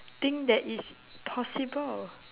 think that it's possible